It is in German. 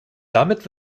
damit